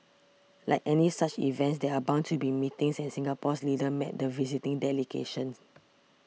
like any such events there are bound to be meetings and Singapore's leaders met the visiting delegation